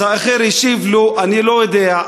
והאחר השיב לו: אני לא יודע,